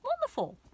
wonderful